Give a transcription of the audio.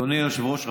אדוני היושב-ראש,